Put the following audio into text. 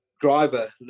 driver